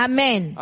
Amen